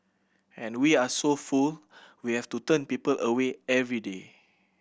and we are so full we have to turn people away every day